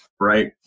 right